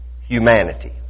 humanity